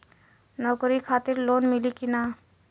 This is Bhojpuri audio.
नौकरी खातिर लोन मिली की ना?